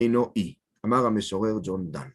אינו אי, אמר המשורר ג'ון דן.